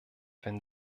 wenn